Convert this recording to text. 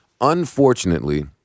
Unfortunately